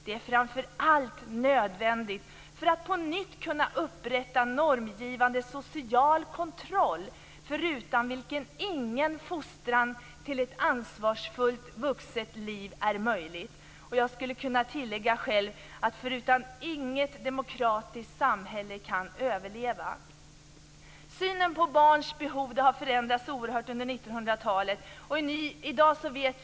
Det är framför allt nödvändigt för att på nytt kunna upprätta normgivande social kontroll förutan vilken ingen fostran till ett ansvarsfullt vuxenliv är möjlig". Jag skulle själv kunna tillägga: och förutan inget demokratiskt samhälle kan överleva. Synen på barns behov har förändrats oerhört under 1900-talet.